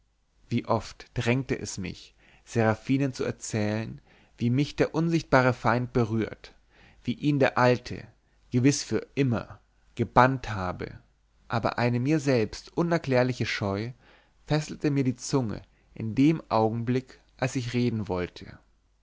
wie oft drängte es mich seraphinen zu erzählen wie mich der unsichtbare feind berührt und wie ihn der alte gewiß für immer gebannt habe aber eine mir selbst unerklärliche scheu fesselte mir die zunge in dem augenblick als ich reden wollte